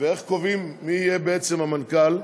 קובעים מי יהיה המנכ"ל.